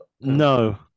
No